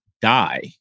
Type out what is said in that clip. die